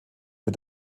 für